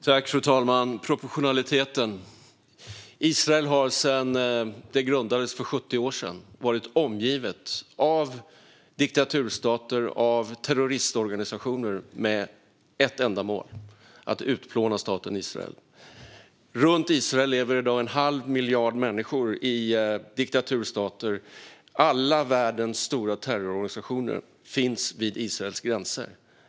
Fru talman! I fråga om proportionaliteten har Israel sedan det grundades för 70 år sedan varit omgivet av diktaturstater och terroristorganisationer med ett enda mål: att utplåna staten Israel. Runt Israel lever i dag en halv miljard människor i diktaturstater. Alla världens stora terrororganisationer finns vid Israels gränser.